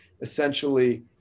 essentially